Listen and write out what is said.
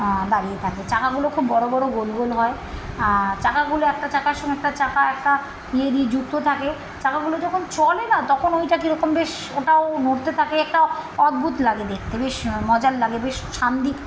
দাঁড়িয়ে থাকে চাকাগুলো খুব বড় বড় গোল গোল হয় চাকাগুলো একটা চাকার সঙ্গে একটা চাকা একটা ইয়ে দিয়ে যুক্ত থাকে চাকাগুলো যখন চলে না তখন ওটা কী রকম বেশ ওটাও নড়তে থাকে একটা অদ্ভূত লাগে দেখতে বেশ মজার লাগে বেশ ছান্দিক